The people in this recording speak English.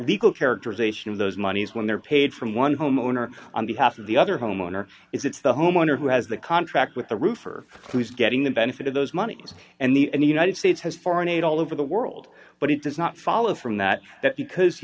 legal characterization of those monies when they're paid from one homeowner on behalf of the other homeowner is it's the homeowner who has the contract with the roofer who is getting the benefit of those monies and the and the united states has foreign aid all over the world but it does not follow from that because